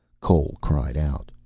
cole cried out.